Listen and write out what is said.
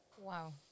Wow